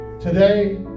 Today